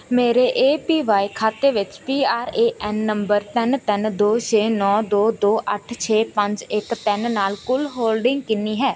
ਮੇਰੇ A P Y ਖਾਤੇ ਵਿੱਚ P R A N number ਤਿੰਨ ਤਿੰਨ ਦੋ ਛੇ ਨੌਂ ਦੋ ਦੋ ਅੱਠ ਛੇ ਪੰਜ ਇੱਕ ਤਿੰਨ ਨਾਲ ਕੁੱਲ ਹੋਲਡਿੰਗ ਕਿੰਨੀ ਹੈ